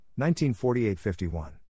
1948-51